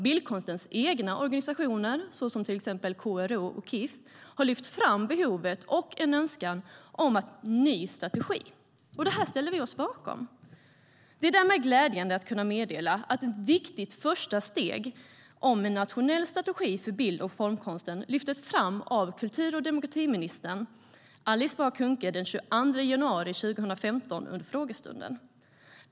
Bildkonstens egna organisationer, till exempel KRO p>Det är därför glädjande att kunna meddela att ett viktigt första steg om en nationell strategi för bild och formkonsten lyftes fram av kultur och demokratiminister Alice Bah Kuhnke den 22 januari 2015 under frågestunden.